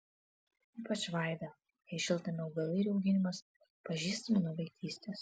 ypač vaida jai šiltnamio augalai ir jų auginimas pažįstami nuo vaikystės